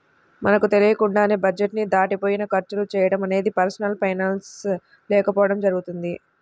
మనకు తెలియకుండానే బడ్జెట్ ని దాటిపోయి ఖర్చులు చేయడం అనేది పర్సనల్ ఫైనాన్స్ లేకపోవడం జరుగుతుంది